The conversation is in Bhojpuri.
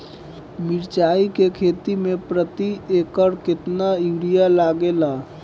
मिरचाई के खेती मे प्रति एकड़ केतना यूरिया लागे ला?